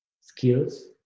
skills